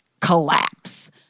collapse